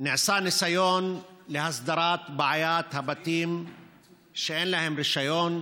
נעשה ניסיון להסדרת בעיית הבתים שאין להם רישיון.